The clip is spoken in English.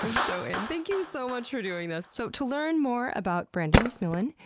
so in. thank you so much for doing this! so to learn more about brandon mcmillan,